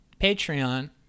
Patreon